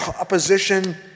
opposition